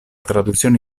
traduzione